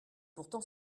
pourtant